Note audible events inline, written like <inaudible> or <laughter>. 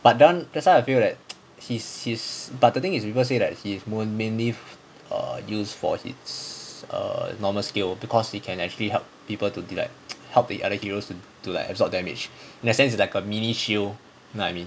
but then that's why I feel that <noise> he's he's but the thing is people say that he's moon mainly used for hits err normal scale because he can actually help people to deal like <noise> help the other heroes to like to absorb damage in that sense it's like a mini shield you know what I mean